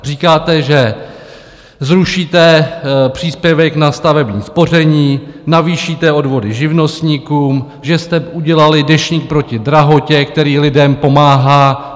Říkáte, že zrušíte příspěvek na stavební spoření, navýšíte odvody živnostníkům, že jste udělali Deštník proti drahotě, který lidem pomáhá.